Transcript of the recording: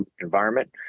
environment